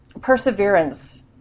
Perseverance